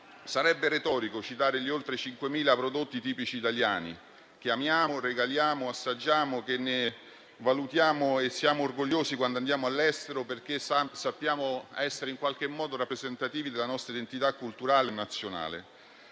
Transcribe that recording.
sarebbe retorico citare gli oltre 5.000 prodotti tipici italiani che amiamo, regaliamo, assaggiamo e valutiamo e di cui siamo orgogliosi quando andiamo all'estero, perché sappiamo che sono rappresentativi della nostra identità culturale e nazionale.